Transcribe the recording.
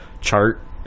chart